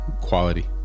quality